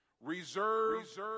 Reserve